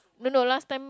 no no last time